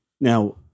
Now